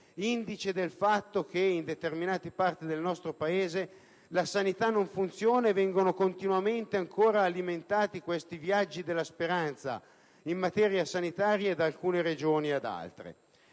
indice del fatto che in determinate parti del nostro Paese la sanità non funziona e vengono continuamente alimentati ancora questi viaggi della speranza in materia sanitaria da alcune Regioni ad altre.